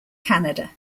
canada